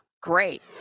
great